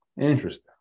Interesting